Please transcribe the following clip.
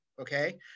Okay